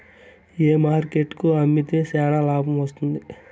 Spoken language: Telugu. ఏ మార్కెట్ కు అమ్మితే చానా లాభం వస్తుంది?